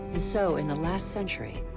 so, in the last century,